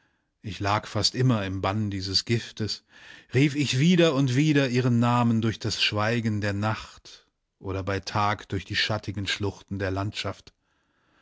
ich lag fast immer im bann dieses giftes rief ich wieder und wieder ihren namen durch das schweigen der nacht oder bei tag durch die schattigen schluchten der landschaft